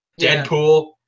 Deadpool